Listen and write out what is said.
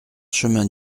chemin